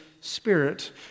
Spirit